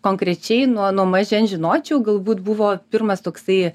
konkrečiai nuo nuo mažens žinočiau galbūt buvo pirmas toksai